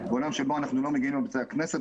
בעולם שבו אנחנו לא מגיעים לבתי הכנסת,